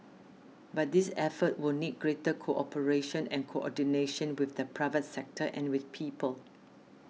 but this effort will need greater cooperation and coordination with the private sector and with people